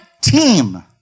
team